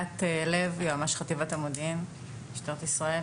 חטיבת המודיעין, משטרת ישראל.